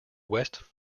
west